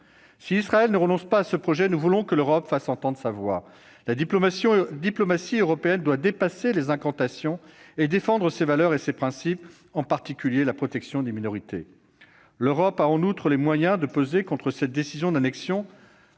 Si Israël ne renonce pas à ce projet, nous voulons que l'Europe fasse entendre sa voix. La diplomatie européenne doit dépasser les incantations et défendre ses valeurs et ses principes, en particulier la protection des minorités. L'Europe a en outre les moyens de peser contre cette décision d'annexion